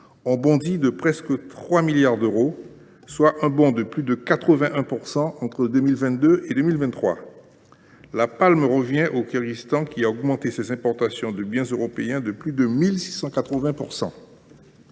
ont bondi de presque 3 milliards d’euros, soit une augmentation de plus de 81 % entre 2022 et 2023. La palme revient au Kirghizistan, qui a augmenté ses importations de biens européens de plus de 1 680